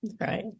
Right